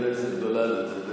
אבל הנדיבות היא באמת מרגשת.